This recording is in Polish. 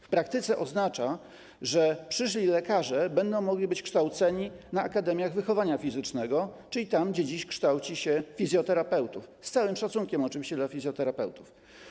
W praktyce to oznacza, że przyszli lekarze będą mogli być kształceni na akademiach wychowania fizycznego, czyli tam, gdzie dziś kształci się fizjoterapeutów - z całym szacunkiem oczywiście dla fizjoterapeutów.